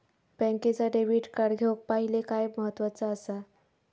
बँकेचा debit card घेउक पाहिले काय महत्वाचा असा?